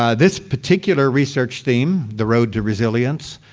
um this particular research theme, the road to resilience,